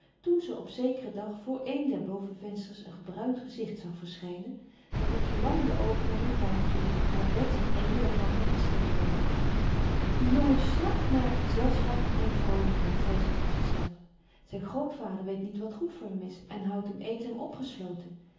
toen ze op zekeren dag voor een der bovenvensters een gebruind gezicht zag verschijnen dat met verlangende oogen naar hun tuin tuurde waar bets en amy elkander met sneeuwballen gooiden die jongen snakt naar gezelschap en vroolijkheid zei ze tot zich zelf zijn grootvader weet niet wat goed voor hem is en houdt hem eenzaam opgesloten